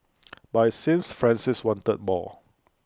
but IT seems Francis wanted more